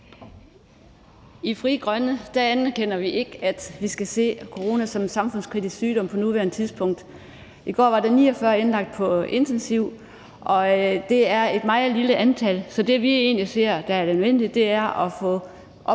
I Frie Grønne anerkender vi ikke, at vi skal se corona som en samfundskritisk sygdom på nuværende tidspunkt. I går var der 49 indlagt på intensiv, og det er et meget lille antal. Så det, vi egentlig ser som det nødvendige, er at få